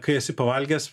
kai esi pavalgęs